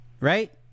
right